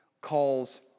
calls